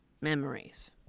memories